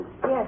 Yes